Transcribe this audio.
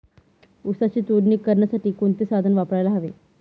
ऊसाची तोडणी करण्यासाठी कोणते साधन वापरायला हवे?